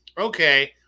okay